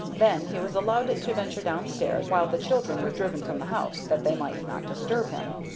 then he was allowed to venture down-stairs, while the children were driven from the house, that they might not disturb him.